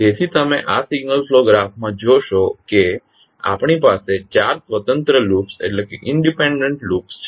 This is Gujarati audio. તેથી તમે આ સિગ્નલ ફ્લો ગ્રાફમાં જોશો કે આપણી પાસે ચાર સ્વતંત્ર લૂપ્સ છે